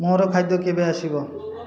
ମୋର ଖାଦ୍ୟ କେବେ ଆସିବ